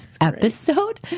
episode